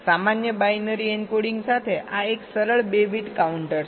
સામાન્ય binary encoding સાથે આ એક સરળ 2 બીટ કાઉન્ટર છે